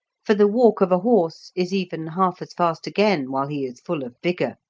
for the walk of a horse is even half as fast again while he is full of vigour.